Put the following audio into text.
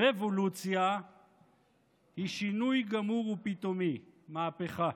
רבולוציה היא שינוי גמור ופתאומי, מהפכה.